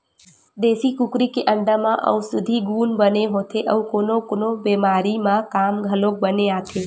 देसी कुकरी के अंडा म अउसधी गुन बने होथे अउ कोनो कोनो बेमारी म काम घलोक बने आथे